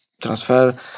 transfer